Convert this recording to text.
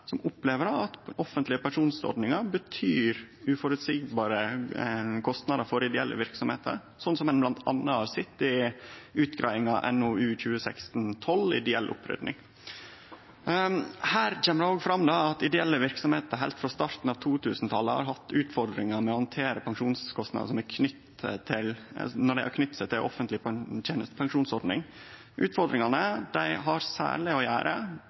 som opplever at offentlege pensjonsordningar betyr uføreseielege kostnader for ideelle verksemder, slik ein mellom anna har sett i utgreiinga NOU 2016: 12, Ideell opprydding – Statlig dekning av ideelle organisasjoners historiske pensjonskostnader. Her kjem det òg fram at ideelle verksemder heilt frå starten av 2000-talet har hatt utfordringar med å handtere pensjonskostnader når dei er knytte til ei offentleg tenestepensjonsordning. Utfordringane har særleg å gjere